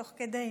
תוך כדי,